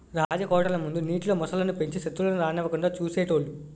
రాజకోటల ముందు నీటిలో మొసళ్ళు ను పెంచి సెత్రువులను రానివ్వకుండా చూసేటోలు